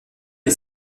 est